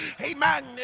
amen